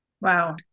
wow